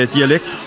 Dialekt